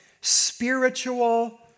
spiritual